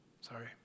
Sorry